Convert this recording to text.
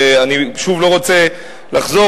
ואני שוב לא רוצה לחזור,